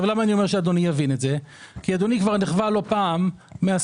אני אומר שאדוני יבין את זה כי אדוני כבר נכווה לא פעם מהסבירות.